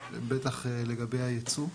בטח לגבי הייצוא.